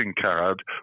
card